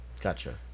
Gotcha